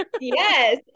Yes